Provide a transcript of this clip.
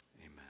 Amen